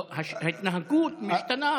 לא, ההתנהגות משתנה.